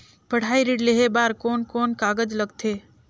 पढ़ाई ऋण लेहे बार कोन कोन कागज लगथे?